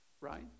right